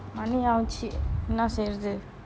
மணி ஆயிடுச்சி என்ன செய்றது:mani aayeduchi enna seirathu